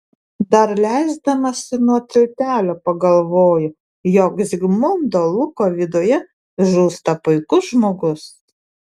dar leisdamasi nuo tiltelio pagalvoju jog zigmundo luko viduje žūsta puikus žmogus